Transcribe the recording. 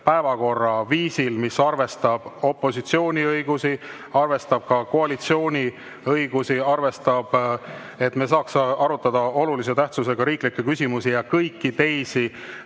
päevakorra viisil, mis arvestab opositsiooni õigusi, arvestab ka koalitsiooni õigusi ja arvestab, et me saaks arutada olulise tähtsusega riiklikke küsimusi ja kõiki teisi